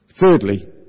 Thirdly